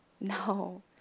No